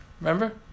Remember